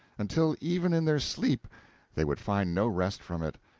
until even in their sleep they would find no rest from it,